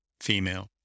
female